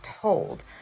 told